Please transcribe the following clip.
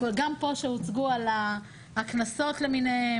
גם מה שהוצג פה על הכנסות למיניהן,